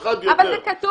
לא אחד יותר,